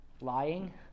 lying